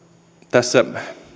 tässä